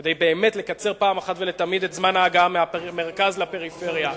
כדי באמת לקצר אחת ולתמיד את זמן ההגעה מהמרכז לפריפריה,